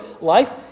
life